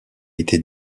été